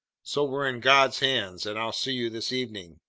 so we're in god's hands, and i'll see you this evening!